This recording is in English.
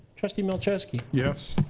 trustee malcheski? yes.